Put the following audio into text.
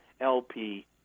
LP